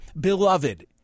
Beloved